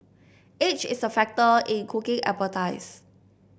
age is a factor in cooking expertise